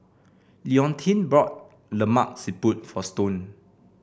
Leontine bought Lemak Siput for Stone